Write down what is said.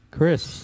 Chris